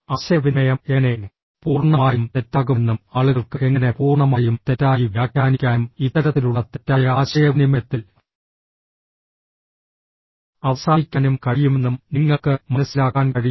ആശയവിനിമയം എങ്ങനെ പൂർണ്ണമായും തെറ്റാകുമെന്നും ആളുകൾക്ക് എങ്ങനെ പൂർണ്ണമായും തെറ്റായി വ്യാഖ്യാനിക്കാനും ഇത്തരത്തിലുള്ള തെറ്റായ ആശയവിനിമയത്തിൽ അവസാനിക്കാനും കഴിയുമെന്നും നിങ്ങൾക്ക് മനസ്സിലാക്കാൻ കഴിയും